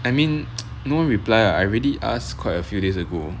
I mean no one reply ah I already asked quite a few days ago